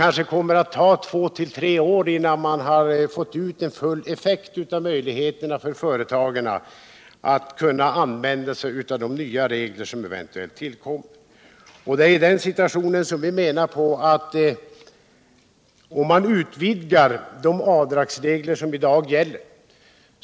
Det dröjer kanske två tre år innan man nått full effekt av möjligheterna för företagen att använda sig av de nya regler som eventuellt tillkommer. Och det är i den situationen som vi menar att man kan få en snabb effekt om man utvidgar de avdragsregler som i dag gäller.